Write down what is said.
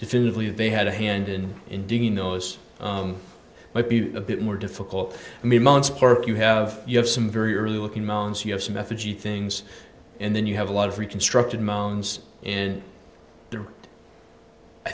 definitively they had a hand in in digging those might be a bit more difficult i mean you have you have some very early looking mounds you have some effigy things and then you have a lot of reconstructed mounds and